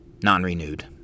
non-renewed